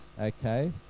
Okay